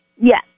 Yes